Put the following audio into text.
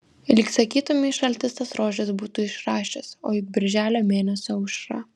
lyg sakytumei šaltis tas rožes būtų išrašęs o juk birželio mėnesio aušra